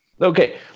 Okay